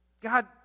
God